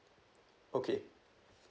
okay